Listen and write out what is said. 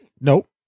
Nope